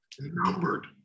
Numbered